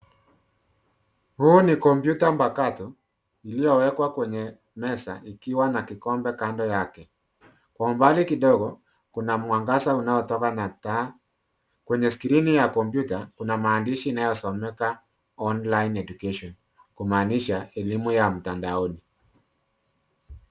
Huu ni kompyuta mpakato iliyowekwa kwenye meza ikiwa na kikombe kando yake. Kwa umbali kidogo kuna mwangaza unaotoka na taa. Kwenye skrini ya kompyuta, kuna maandishi inayosomeka online education kumaanisha elimu ya mtandaoni.